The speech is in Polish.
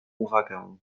uwagę